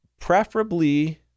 preferably